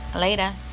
later